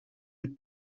mit